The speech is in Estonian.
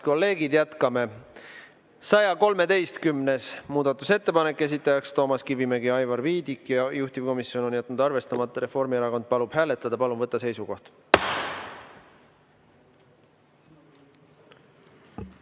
kolleegid, jätkame. 113. muudatusettepanek, esitajad Toomas Kivimägi ja Aivar Viidik. Juhtivkomisjon on jätnud arvestamata. Reformierakond palub hääletada. Palun võtta seisukoht!